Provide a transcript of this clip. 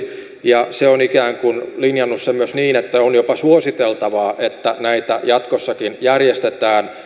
ja se on ikään kuin linjannut sen myös niin että on jopa suositeltavaa että näitä jatkossakin järjestetään